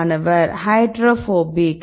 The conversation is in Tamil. மாணவர் ஹைட்ரோபோபிக்